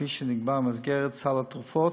כפי שנקבע במסגרת סל התרופות,